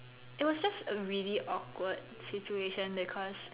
it was just a really awkward situation because